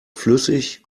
flüssig